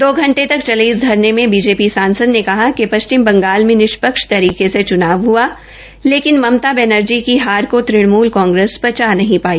दो घंटे तक चले इस धरने मे बीजेपी सांसद ने कहा कि पश्चिम बंगाल में निष्पक्ष तरीके से चूनाव हआ लेकिन ममता बैनर्जी की हार को त्रिणमूल कांग्रेस पचा नहीं पाई